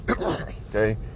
Okay